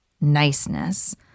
niceness